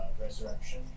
resurrection